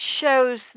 shows